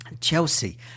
Chelsea